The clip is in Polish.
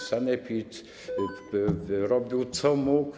Sanepid robił, co mógł.